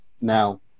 Now